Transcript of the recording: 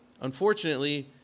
Unfortunately